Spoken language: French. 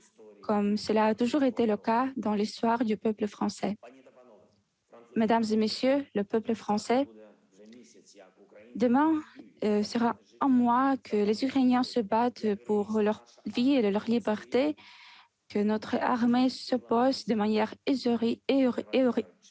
comme cela a toujours été le cas dans l'histoire du peuple français. Mesdames, messieurs les parlementaires, peuple français, demain, cela fera un mois que les Ukrainiens se battent pour leur vie et leur liberté et que notre armée s'oppose de manière héroïque